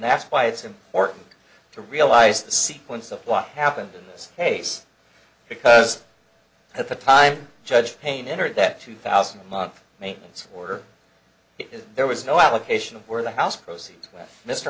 that's why it's important to realize the sequence of what happened in this case because at the time judge payne entered that two thousand month maintenance order if there was no allocation of where the house proceeds with mr